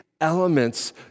elements